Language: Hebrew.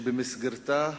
שבמסגרתה,